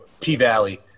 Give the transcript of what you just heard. P-Valley